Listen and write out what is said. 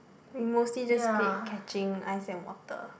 we mostly just played catching ice and water